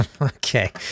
okay